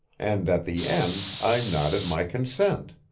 and at the end, i nodded my consent.